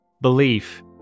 belief